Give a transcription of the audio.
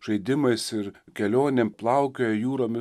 žaidimais ir kelionėm plaukioja jūrom